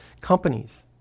companies